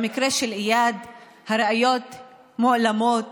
במקרה של איאד הראיות מועלמות,